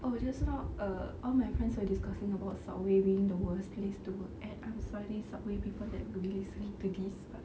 oh just now err all my friends were discussing about subway being the worst place to work and I'm sorry subway people that will listen to this but